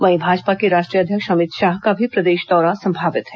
वहीं भाजपा के राष्ट्रीय अध्यक्ष अमित शाह का भी प्रदेश दौरा संभावित है